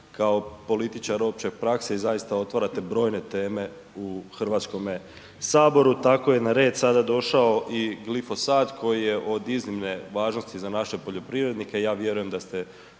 kao političar opće prakse i zaista otvarate brojne teme u Hrvatskome saboru. Tako je na red sada došao i glifosat koji je od iznimne važnosti za naše poljoprivrednike, ja vjerujem da ste